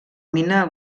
mina